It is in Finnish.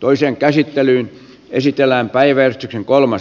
toisen käsittelyn esitellään päivän kolmas